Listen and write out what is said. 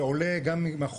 וזה עולה מהחוק,